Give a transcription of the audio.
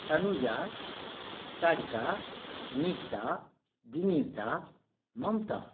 Tanuja Sarika Neeta Vinita Mamta